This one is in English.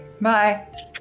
Bye